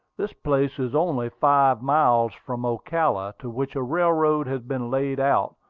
this place is only five miles from ocala, to which a railroad has been laid out,